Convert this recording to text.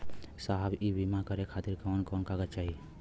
साहब इ बीमा करें खातिर कवन कवन कागज चाही?